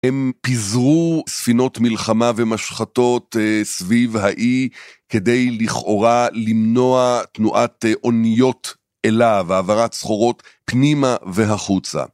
הם פיזרו ספינות מלחמה ומשחתות סביב האי כדי לכאורה למנוע תנועת אוניות אליו ועברת סחורות פנימה והחוצה.